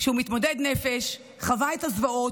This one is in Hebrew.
שהוא מתמודד נפש, חווה את הזוועות,